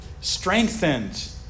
Strengthened